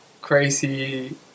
crazy